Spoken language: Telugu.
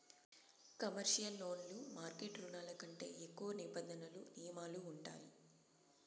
కమర్షియల్ లోన్లు మార్కెట్ రుణాల కంటే ఎక్కువ నిబంధనలు నియమాలు ఉంటాయి